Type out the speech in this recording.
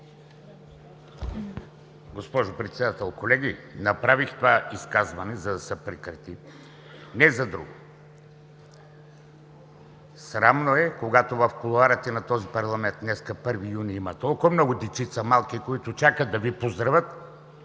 Госпожо Председател, колеги, направих това изказване, за да се прекрати, не за друго. Срамно е, когато в кулоарите на този парламент – днес е 1 юни, има толкова много малки дечица, които чакат да ни поздравят,